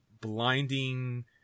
blinding